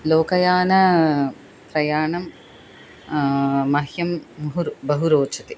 लोकयानप्रयाणं मह्यं मुहुर् बहु रोचते